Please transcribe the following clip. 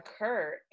occur